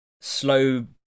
slow